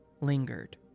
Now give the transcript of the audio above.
lingered